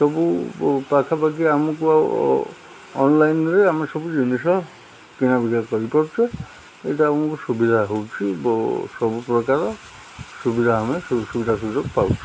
ସବୁ ପାଖାପାଖି ଆମକୁ ଆଉ ଅନଲାଇନ୍ରେ ଆମେ ସବୁ ଜିନିଷ କିଣା ବିିକା କରିପାରୁଛେ ଏଇଟା ଆମକୁ ସୁବିଧା ହେଉଛି ସବୁ ପ୍ରକାର ସୁବିଧା ଆମେ ସବୁ ସୁବିଧା ସୁଯୋଗ ପାଉଛୁ